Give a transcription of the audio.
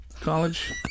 college